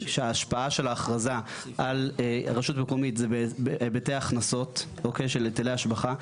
ההשפעה של ההכרזה של הרשות המקומית זה בהיבטי הכנסות של היטלי השבחה.